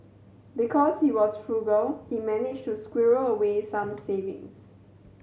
because he was frugal he managed to squirrel away some savings